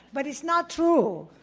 but it's not true.